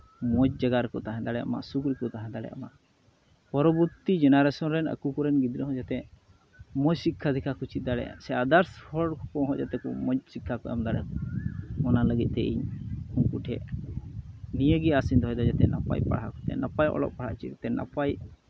ᱢᱚᱡᱽ ᱡᱟᱭᱜᱟ ᱨᱮᱠᱚ ᱛᱟᱦᱮᱸ ᱫᱟᱲᱮᱭᱟᱜ ᱢᱟ ᱥᱩᱠ ᱨᱮᱠᱚ ᱛᱟᱦᱮᱸ ᱫᱟᱲᱮᱭᱟᱜ ᱢᱟ ᱯᱚᱨᱚᱵᱚᱨᱛᱤ ᱡᱮᱱᱟᱨᱮᱥᱚᱱ ᱨᱮᱱ ᱟᱠᱚ ᱠᱚᱨᱮᱱ ᱜᱤᱫᱽᱨᱟᱹ ᱠᱚᱦᱚᱸ ᱡᱟᱛᱮ ᱢᱚᱡᱽ ᱥᱤᱠᱠᱷᱟᱼᱫᱤᱠᱠᱷᱟ ᱠᱚ ᱪᱮᱫ ᱫᱟᱲᱮᱭᱟᱜ ᱥᱮ ᱟᱫᱟᱨᱥ ᱦᱚᱲ ᱠᱚᱦᱚᱸ ᱡᱟᱛᱮ ᱠᱚ ᱢᱚᱡᱽ ᱥᱤᱠᱠᱷᱟ ᱠᱚ ᱮᱢ ᱫᱟᱲᱮᱭᱟᱠᱚ ᱚᱱᱟ ᱞᱟᱹᱜᱤᱫ ᱛᱮ ᱤᱧ ᱩᱝᱠᱩ ᱴᱷᱮᱡ ᱱᱤᱭᱟᱹ ᱜᱮ ᱟᱥᱤᱧ ᱫᱚᱦᱚᱭᱫᱟ ᱡᱟᱛᱮ ᱱᱟᱯᱟᱭ ᱯᱟᱲᱦᱟᱣ ᱠᱟᱛᱮᱫ ᱱᱟᱯᱟᱭ ᱚᱞᱚᱜ ᱯᱟᱲᱦᱟᱣ ᱪᱮᱫ ᱠᱟᱛᱮᱫ ᱱᱟᱯᱟᱭ